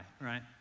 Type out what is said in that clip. right